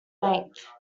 length